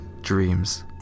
dreams